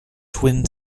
twin